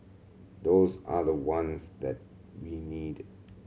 those are the ones that we need